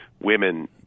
women